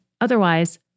Otherwise